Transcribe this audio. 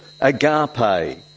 Agape